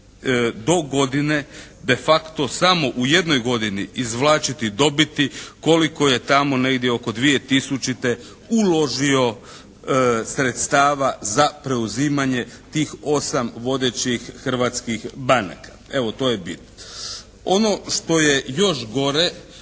do godine de facto samo u jednoj godini izvlačiti dobiti koliko je tamo negdje oko 2000. uložio sredstava za preuzimanje tih 8 vodećih hrvatskih banaka. Evo to je bit. Ono što je još gore